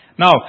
Now